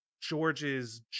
George's